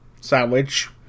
sandwich